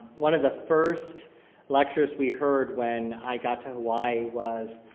one of the first lectures we heard when i got to hawaii was